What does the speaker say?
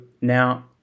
now